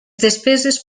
despeses